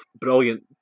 brilliant